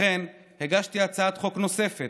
לכן הגשתי הצעת חוק נוספת,